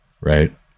Right